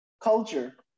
culture